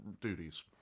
duties